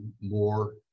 more